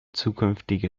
zukünftige